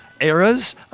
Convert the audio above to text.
eras